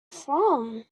from